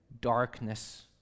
darkness